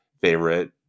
favorite